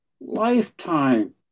lifetime